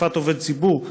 תקיפת עובד ציבור,